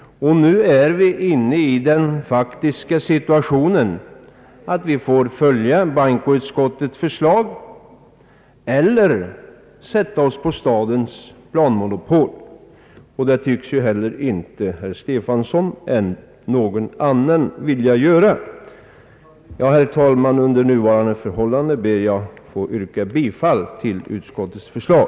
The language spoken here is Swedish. Vi är nu i den faktiska situationen att vi får följa bankoutskottets förslag eller sätta oss på stadens planmonopol, och det tycks inte heller herr Stefanson vilja göra. Herr talman! Under nuvarande förhållanden ber jag att få yrka bifall till utskottets förslag.